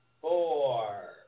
four